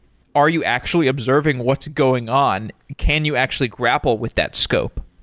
are you actually observing what's going on? can you actually grapple with that scope?